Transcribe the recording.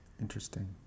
Interesting